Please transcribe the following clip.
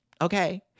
okay